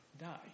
die